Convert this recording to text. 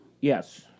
Yes